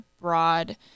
broad